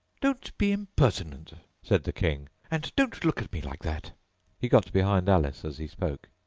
don't be impertinent said the king, and don't look at me like that he got behind alice as he spoke.